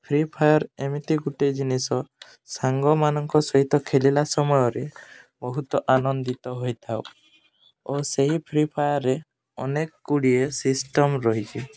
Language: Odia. ଫ୍ରି ଫାୟାର୍ ଏମିତି ଗୋଟେ ଜିନିଷ ସାଙ୍ଗମାନଙ୍କ ସହିତ ଖେଲିଲା ସମୟରେ ବହୁତ ଆନନ୍ଦିତ ହୋଇଥାଉ ଓ ସେହି ଫ୍ରି ଫାୟାର୍ରେ ଅନେକଗୁଡ଼ିଏ ସିଷ୍ଟମ୍ ରହିଛି